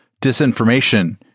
Disinformation